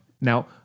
Now